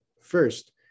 First